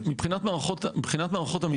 מבחינת מערכות המידע,